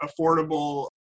affordable